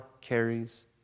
carries